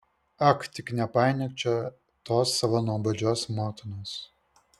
ak tik nepainiok čia tos savo nuobodžios motinos